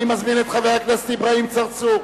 אני מזמין את חבר הכנסת אברהים צרצור,